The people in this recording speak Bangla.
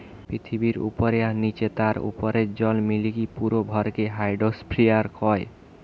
পৃথিবীর উপরে, নীচে আর তার উপরের জল মিলিকি পুরো ভরকে হাইড্রোস্ফিয়ার কয়